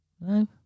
No